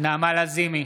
נעמה לזימי,